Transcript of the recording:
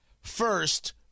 First